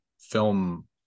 film